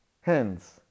Hence